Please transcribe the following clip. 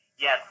Yes